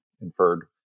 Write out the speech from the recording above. inferred